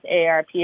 ARP